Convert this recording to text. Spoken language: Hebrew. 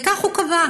וכך הוא קבע,